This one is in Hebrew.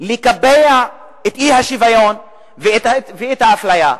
ולקבע את האי-שוויון ואת האפליה.